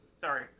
Sorry